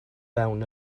fewn